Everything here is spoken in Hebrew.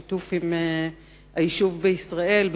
בשיתוף עם היישוב בישראל,